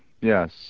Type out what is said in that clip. Yes